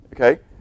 okay